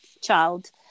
child